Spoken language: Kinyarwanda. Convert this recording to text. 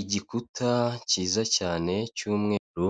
Igikuta cyiza cyane cy'umweru